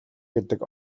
гэдэг